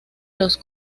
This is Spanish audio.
los